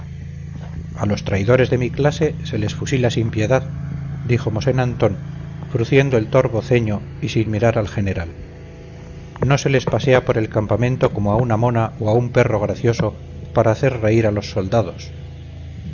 a los traidores de mi clase se les fusila sin piedad dijo mosén antón frunciendo el torvo ceño y sin mirar al general no se les pasea por el campamento como a una mona o a un perro gracioso para hacer reír a los soldados